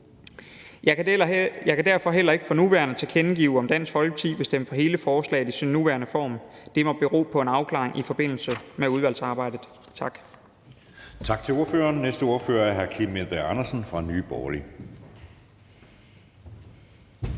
Jeg kan derfor heller ikke for nuværende tilkendegive, om Dansk Folkeparti vil stemme for hele forslaget i dets nuværende form; det må bero på en afklaring i forbindelse med udvalgsarbejdet. Tak.